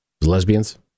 Lesbians